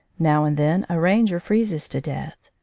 now and then a ranger freezes to death.